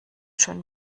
schon